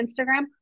Instagram